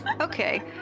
Okay